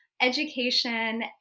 education